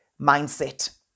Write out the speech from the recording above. mindset